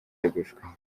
yegujwe